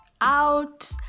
out